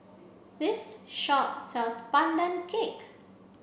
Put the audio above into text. this shop sells pandan cake